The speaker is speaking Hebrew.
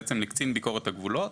לקצין ביקורת הגבולות,